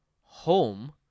home